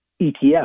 ETF